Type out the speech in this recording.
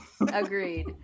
Agreed